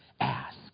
ask